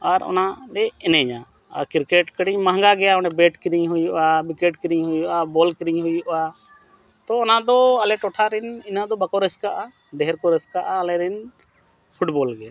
ᱟᱨ ᱚᱱᱟᱞᱮ ᱮᱱᱮᱡᱟ ᱟᱨ ᱠᱤᱨᱠᱮᱴ ᱠᱟᱹᱴᱤᱡ ᱢᱮᱦᱮᱝᱜᱟ ᱜᱮᱭᱟ ᱚᱸᱰᱮ ᱵᱮᱴ ᱠᱤᱨᱤᱧ ᱦᱩᱭᱩᱜᱼᱟ ᱩᱭᱠᱮᱴ ᱠᱤᱨᱤᱧ ᱦᱩᱭᱩᱜᱼᱟ ᱵᱚᱞ ᱠᱤᱨᱤᱧ ᱦᱩᱭᱩᱜᱼᱟ ᱛᱚ ᱚᱱᱟᱫᱚ ᱟᱞᱮ ᱴᱚᱴᱷᱟᱨᱮᱱ ᱤᱱᱟᱹᱜ ᱫᱚ ᱵᱟᱠᱚ ᱨᱟᱹᱥᱠᱟᱹᱜᱼᱟ ᱰᱷᱮᱨ ᱠᱚ ᱨᱟᱹᱥᱠᱟᱹᱜᱼᱟ ᱟᱞᱮᱨᱮᱱ ᱯᱷᱩᱴᱵᱚᱞ ᱜᱮ